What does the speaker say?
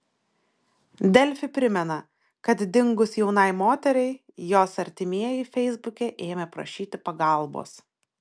delfi primena kad dingus jaunai moteriai jos artimieji feisbuke ėmė prašyti pagalbos